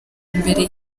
imbere